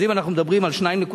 אז אם אנחנו מדברים על 2.5%,